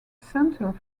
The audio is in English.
center